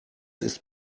ist